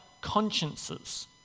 consciences